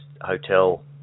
hotel